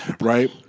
right